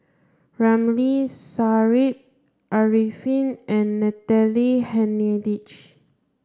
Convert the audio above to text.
Ramli Sarip Arifin and Natalie Hennedige